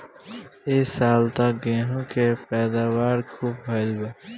ए साल त गेंहू के पैदावार खूब भइल बा